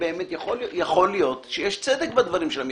יכול להיות שיש צדק בדברים שלהם.